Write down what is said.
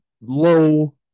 low